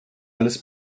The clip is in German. alles